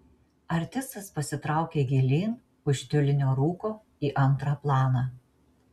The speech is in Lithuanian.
artistas pasitraukė gilyn už tiulinio rūko į antrą planą